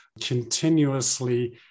continuously